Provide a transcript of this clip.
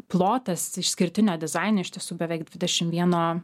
plotas išskirtinio dizaino iš tiesų beveik dvidešim vieno